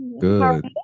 Good